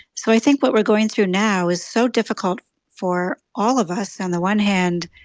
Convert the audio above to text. so i think what we're going through now is so difficult for all of us. on the one hand,